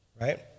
right